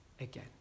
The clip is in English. again